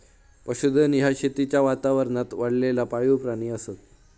पशुधन ह्या शेतीच्या वातावरणात वाढलेला पाळीव प्राणी असत